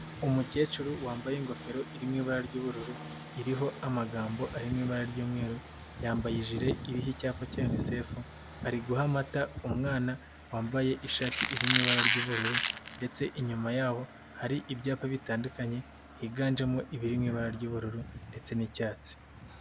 Umukecuru wambaye ingofero iri mu ibara ry'ubururu, iriho amagambo ari mu ibara ry'umweru, yambaye ijire iriho icyapa cya Yunisefu, ari guha amata umwana wambaye ishati iri mu ibara ry'ubururu, ndetse inyuma yaho, hari ibyapa bitandukanye, higanjemo ibiri mu ibara ry'ubururu, ndetse n'icyatsi.